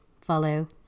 follow